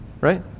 Right